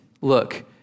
look